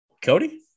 Cody